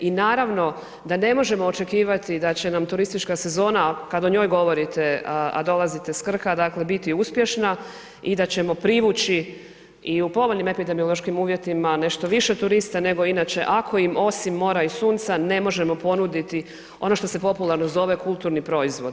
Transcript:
I naravno da ne možemo očekivati da će nam turistička sezona kad o njoj govorite, a dolazite s Krka, dakle biti uspješna i da ćemo privući i u povoljnim epidemiološkim uvjetima nešto više turista nego inače ako im mora i sunca ne možemo ponuditi ono što se popularno zove kulturni proizvod.